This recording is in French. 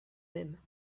même